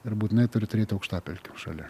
ir būtinai turi turėt aukštapelkių šalia